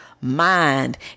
mind